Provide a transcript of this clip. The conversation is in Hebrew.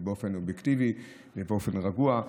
באופן אובייקטיבי ובאופן רגוע.